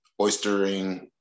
oystering